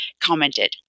commented